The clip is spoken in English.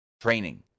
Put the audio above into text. training